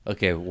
Okay